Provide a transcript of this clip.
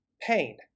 pain